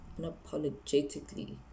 unapologetically